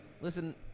Listen